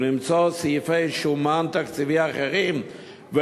ולמצוא סעיפי שומן תקציבי אחרים,